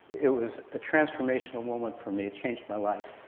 it was a transformational moment for me, it changed my life.